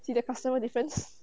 see the customer difference